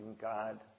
God